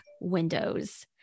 windows